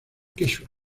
quechua